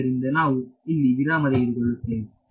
ಆದ್ದರಿಂದ ನಾವು ಇಲ್ಲಿ ವಿರಾಮ ತೆಗೆದುಕೊಳ್ಳುತ್ತೇವೆ